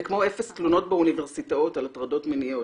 זה כמו אפס תלונות באוניברסיטאות על הטרדות מיניות.